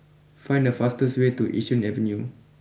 find the fastest way to Yishun Avenue